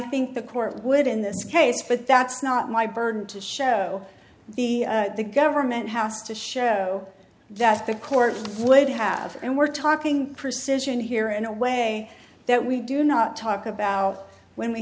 think the court would in this case but that's not my burden to show the government has to show that the court would have and we're talking perception here and a way that we do not talk about when we